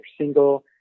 single